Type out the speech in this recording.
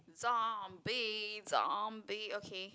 zombie zombie okay